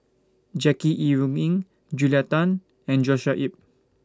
Jackie Yi Ru Ying Julia Tan and Joshua Ip